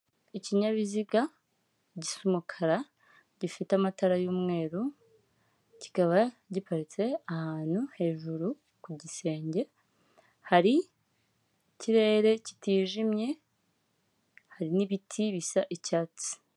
Ikinyabiziga gisa umukara, gifite amatara y'umweru, kikaba giparitse ahantu hejuru ku gisenge, hari ikirere kitijimye, hari n'ibiti bisa icyatsi.